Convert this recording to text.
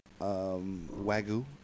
wagyu